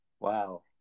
Wow